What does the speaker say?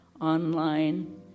online